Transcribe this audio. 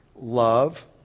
Love